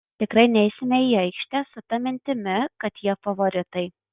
tikrai neisime į aikštę su ta mintimi kad jie favoritai